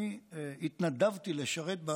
אני התנדבתי לשרת בה